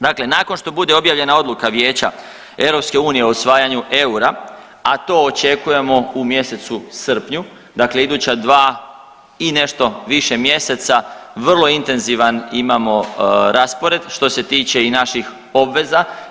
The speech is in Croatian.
Dakle, nakon što bude objavljena odluka Vijeća EU o osvajanju eura, a to očekujemo u mjesecu srpnju, dakle iduća dva i nešto više mjeseca vrlo intenzivan imamo raspored što se tiče i naših obveza.